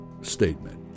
statement